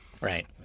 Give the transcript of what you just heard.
Right